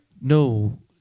no